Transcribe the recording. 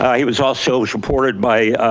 he was also supported by